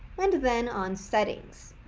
and then on settings.